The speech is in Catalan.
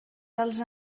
dels